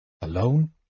Alone